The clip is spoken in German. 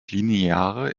lineare